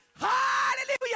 Hallelujah